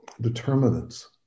determinants